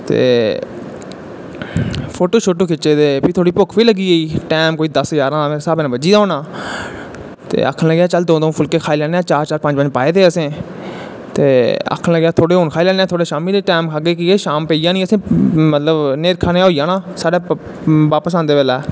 ते फोटो शोटो खिच्चे ते भुक्ख बी लग्गी गेई थोह्ड़ी टैम दस्स ग्यारहां मेरे हिसाबै नै बज्जी दा होना ते आक्खन लगेआ दऊं दऊं फुल्के खाई लैन्ने आं चार चार पंज पंज पाए दे हे असैं ते आक्खन लगेआ थोह्ड़े हून खाही लैन्ने आं थोह्ड़े शाम्मी दे टैम शाम पेई जानी असैं मतलव न्हेरा जेहा पेई जाना बापस आंदे बेल्लै